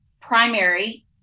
primary